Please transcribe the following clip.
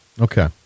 Okay